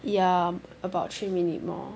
ya about three minutes more